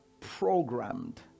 programmed